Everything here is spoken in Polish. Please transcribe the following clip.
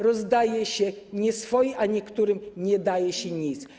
Rozdaje się nie swoje, a niektórym nie daje się nic.